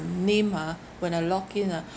name ah when I log in ah